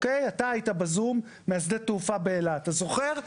ואתה היית ב"זום" משדה-התעופה באילת, אתה זוכר?